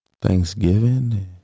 Thanksgiving